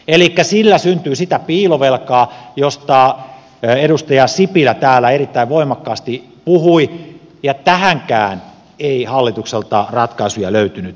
elikkä sillä syntyy sitä piilovelkaa josta edustaja sipilä täällä erittäin voimakkaasti puhui ja tähänkään ei hallitukselta ratkaisuja löytynyt